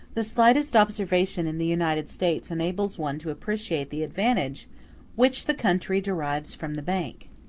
the slightest observation in the united states enables one to appreciate the advantages which the country derives from the bank.